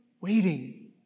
Waiting